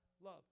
Love